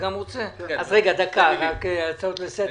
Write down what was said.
הצעה לסדר.